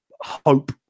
hope